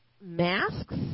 masks